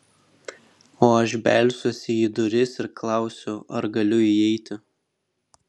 o aš belsiuosi į duris ir klausiu ar galiu įeiti